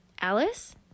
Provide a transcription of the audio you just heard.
Alice